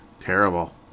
Terrible